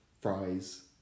fries